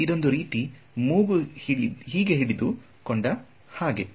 ಇದೊಂದು ರೀತಿ ಮೂಗನ್ನು ಹೀಗೆ ಹಿಡಿದುಕೊಂಡ ಹಾಗೆ